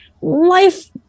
life